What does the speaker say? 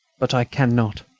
but i cannot.